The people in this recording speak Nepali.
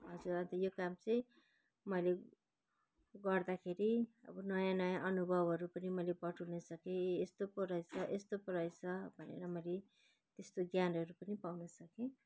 हजुरहरूको यो काम चाहिँ मैले गर्दाखेरि अब नयाँ नयाँ अनुभवहरू पनि मैले बटुल्न सकेँ ए यस्तो पो रहेछ यस्तो पो रहेछ भनेर मैले यस्तो ज्ञानहरू पनि पाउन सकेँ